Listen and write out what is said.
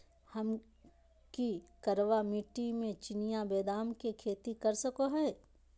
हम की करका मिट्टी में चिनिया बेदाम के खेती कर सको है?